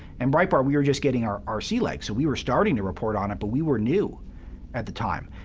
and breitbart, we were just getting our our sea legs, so we were starting to report on it, but we were new at the time.